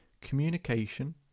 communication